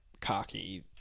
cocky